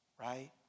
right